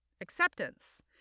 acceptance